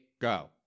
go